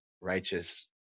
righteous